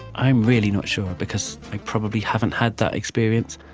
i'm really not sure because i probably haven't had that experience.